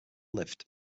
lived